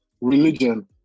Religion